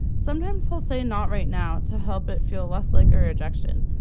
sometimes he'll say not right now to help it feel less like a rejection.